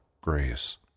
grace